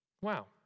Wow